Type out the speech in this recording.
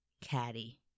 Caddy